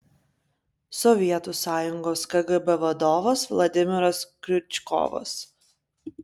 sovietų sąjungos kgb vadovas vladimiras kriučkovas